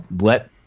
let